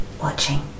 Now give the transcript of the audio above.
watching